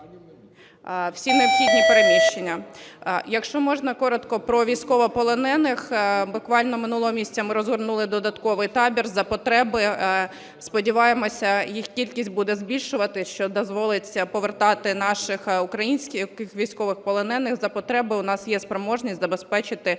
всі необхідні переміщення. Якщо можна, коротко про військовополонених. Буквально минулого місяця ми розгорнули додатковий табір. За потреби, сподіваємося, їх кількість буде збільшуватися, що дозволить повертати наших українських військовополонених. За потреби у нас є спроможність забезпечити належне